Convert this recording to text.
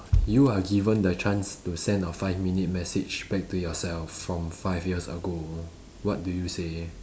you are given the chance to send a five minute message back to yourself from five years ago what do you say